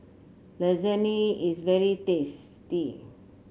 lasagne is very tasty